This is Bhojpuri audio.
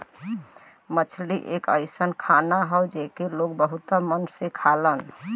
मछरी एक अइसन खाना हौ जेके लोग बहुत मन से खालन